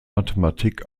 mathematik